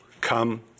Come